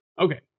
Okay